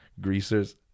greasers